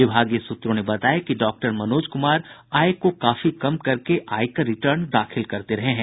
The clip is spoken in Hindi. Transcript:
विभागीय सूत्रों ने बताया कि डॉक्टर मनोज कुमार आय को काफी कम कर के आयकर रिटर्न दाखिल करते रहे हैं